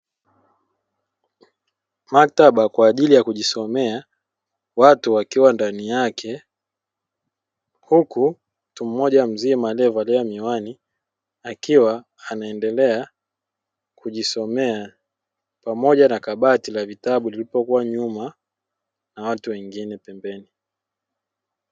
Maktaba kwa ajili ya kujisomea, watu wakiwa ndani yake huku mtu mmoja mzima aliyevalia miwani akiwa anaendelea kujisomea pamoja na kabati la vitabu lililopo nyuma na watu wengine pembeni.